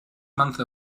months